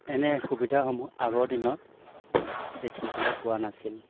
এনে সুবিধাসমূহ আগৰ দিনত দেখিবলৈ পোৱা নাছিল